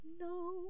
No